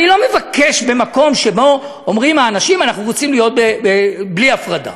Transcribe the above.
אני לא מבקש במקום שבו אומרים האנשים: אנחנו רוצים להיות בלי הפרדה.